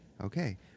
okay